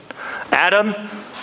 Adam